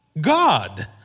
God